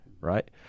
Right